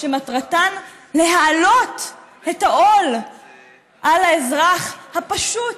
שמטרתן להעלות את העול על האזרח הפשוט,